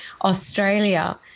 Australia